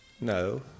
No